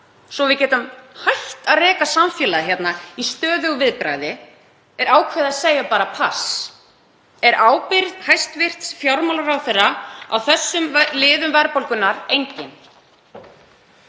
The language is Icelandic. svo við getum hætt að reka samfélagið í stöðugu viðbragði, er ákveðið að segja bara pass. Er ábyrgð hæstv. fjármálaráðherra á þessum liðum verðbólgunnar engin?